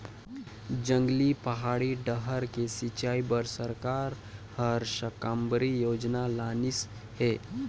जंगली, पहाड़ी डाहर के सिंचई बर सरकार हर साकम्बरी योजना लानिस हे